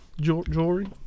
Jewelry